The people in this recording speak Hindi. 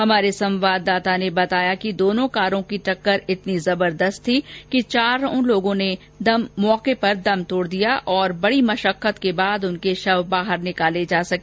हमारे संवाददाता ने बताया कि दोनों कारों की टक्कर इतनी जबरदस्त थी कि चार लोगों ने मौके पर ही दम तोड़ दिया और बड़ी मशक्कत के बाद उनके शव बाहर निकाले जा सके